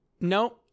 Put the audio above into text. No